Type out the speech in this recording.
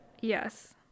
Yes